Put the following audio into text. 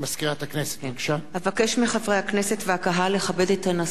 אבקש מחברי הכנסת והקהל לכבד את הנשיא ביציאתו בקימה.